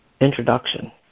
Introduction